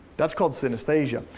that's called synaesthesia.